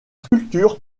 sculptures